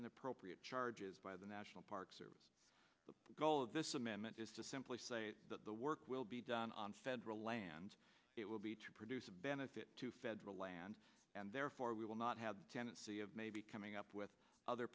inappropriate charges by the national park service the goal of this amendment is to simply say that the work will be done on federal lands it will be to produce a benefit to federal lands and therefore we will not have tenancy of maybe coming up with other